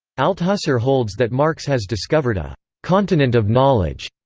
althusser holds that marx has discovered a continent of knowledge,